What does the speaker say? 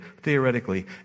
theoretically